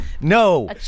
no